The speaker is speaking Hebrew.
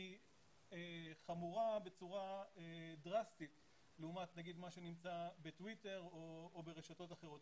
היא חמורה בצורה דרסטית לעומת נגיד מה שנמצא בטוויטר או ברשתות אחרות.